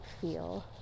feel